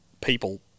people